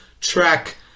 track